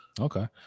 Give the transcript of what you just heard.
Okay